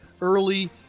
early